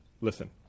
listen